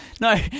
No